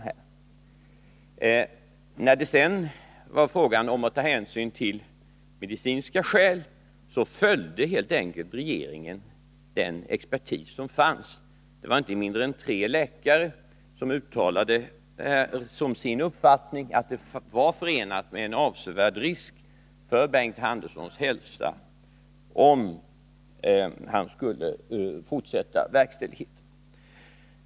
När det sedan var fråga om att ta hänsyn till medicinska skäl följde regeringen helt enkelt den expertis som fanns. Det var inte mindre än tre läkare som uttalade som sin uppfattning att det var förenat med en avsevärd risk för Bengt Anderssons hälsa. om han skulle fortsätta med sin fasta.